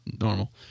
normal